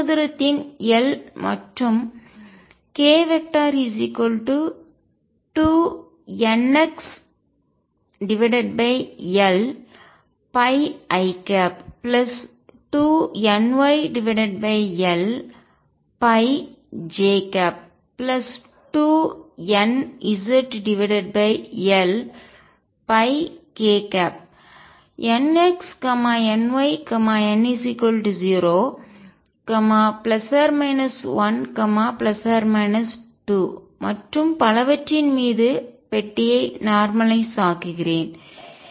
ஒரு கனசதுரத்தின் L மற்றும் k2nxLπ i2nyLπ j2nzLπ k nx ny nz0 ±1 ±2 மற்றும் பலவற்றின் மீது பெட்டியை நார்மலய்ஸ் ஆக்குகிறேன்